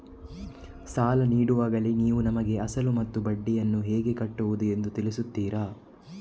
ಸಾಲ ನೀಡುವಾಗಲೇ ನೀವು ನಮಗೆ ಅಸಲು ಮತ್ತು ಬಡ್ಡಿಯನ್ನು ಹೇಗೆ ಕಟ್ಟುವುದು ಎಂದು ತಿಳಿಸುತ್ತೀರಾ?